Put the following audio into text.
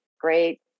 great